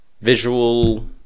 visual